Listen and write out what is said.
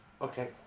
Okay